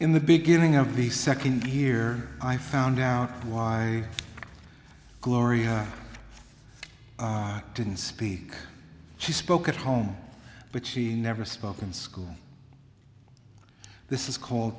in the beginning of the second here i found out why gloria didn't speak she spoke at home but she never spoke in school this is called